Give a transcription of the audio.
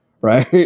right